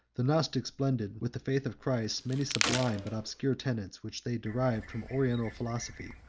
the gnostics blended with the faith of christ many sublime but obscure tenets, which they derived from oriental philosophy,